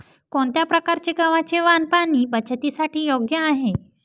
कोणत्या प्रकारचे गव्हाचे वाण पाणी बचतीसाठी योग्य आहे?